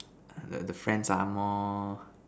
the the friends are more